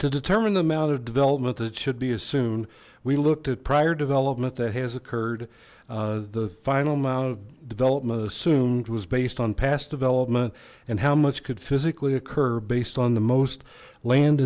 to determine the amount of development that should be assumed we looked at prior development that has occurred the final amount of development assumed was based on past development and how much could physically occur based on the most land